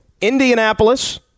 Indianapolis